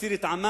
להציל את עמה,